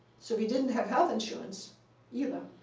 so we didn't have health insurance either.